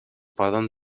poden